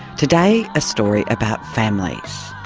today a story about families.